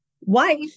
wife